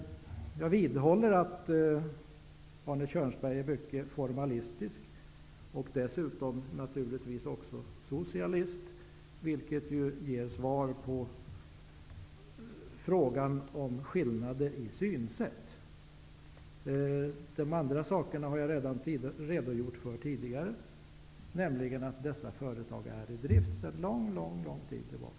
Jag vidhåller att Arne Kjörnsberg är mycket formalistisk och dessutom socialist -- vilket ger svar på frågan om skillnader i synsätt. De andra frågorna har jag redan redogjort för tidigare, nämligen att dessa företag är i drift sedan lång tid tillbaka.